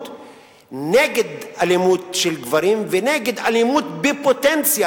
תרבות נגד אלימות של גברים ונגד אלימות בפוטנציה.